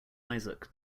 isaac